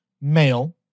male